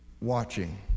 watching